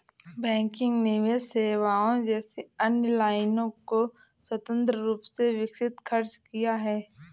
banking निवेश सेवाओं जैसी अन्य लाइनों को स्वतंत्र रूप से विकसित खर्च किया है